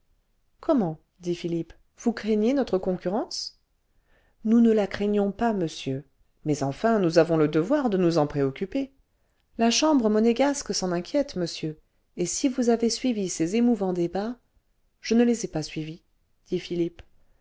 comment dit philippe vous craignez notre concurrence nous ne la craignons pas monsieur mais enfin nous avons le devoir de nous en préoccuper la chambre monégasque s'en inquiète monsieur et si vous avez suivi ses émouvants débats je ne les ai pas suivis dit philippe